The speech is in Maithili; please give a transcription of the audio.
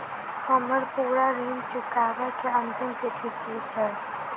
हम्मर पूरा ऋण चुकाबै केँ अंतिम तिथि की छै?